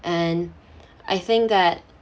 and I think that